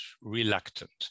reluctant